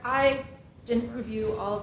i didn't review all